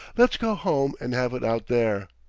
let's get home and have it out there.